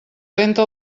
lenta